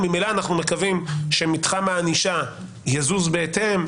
ממילא אנחנו מקווים שמתחם הענישה יזוז בהתאם,